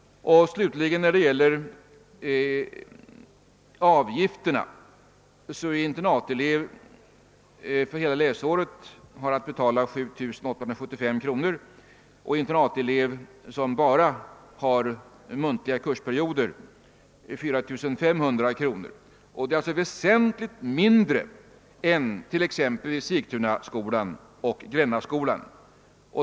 Vad slutligen avgifterna beträffar har en internatelev för hela läsåret att betala 7 875 kronor och internatelev som bara har muntliga kursperioder 4500 kronor. Det är alltså väsentligt mindre än t.ex. vid Sigtunaskolan och Grännaskolan.